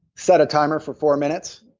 set a timer for four minutes